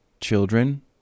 children